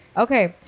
Okay